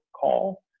call